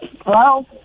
Hello